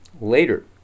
later